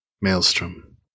Maelstrom